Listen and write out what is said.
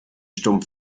stumpf